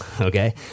Okay